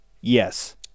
Yes